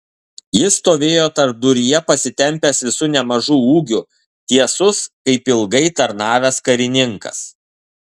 jis stovėjo tarpduryje pasitempęs visu nemažu ūgiu tiesus kaip ilgai tarnavęs karininkas